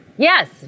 Yes